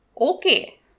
okay